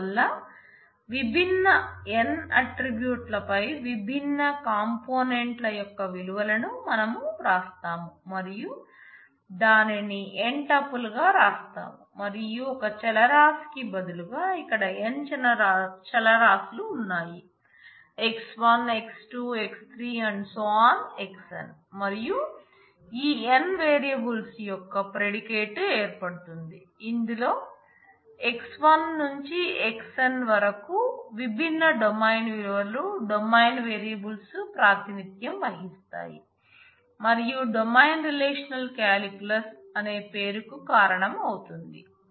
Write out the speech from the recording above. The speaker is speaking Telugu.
అందువల్ల విభిన్న n ఆట్రిబ్యూట్ అనే పేరు కు కారణం అవుతుంది